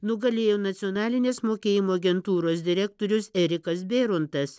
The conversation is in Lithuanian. nugalėjo nacionalinės mokėjimo agentūros direktorius erikas bėrontas